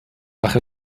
اخه